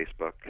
Facebook